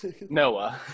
Noah